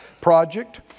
Project